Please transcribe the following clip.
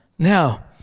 Now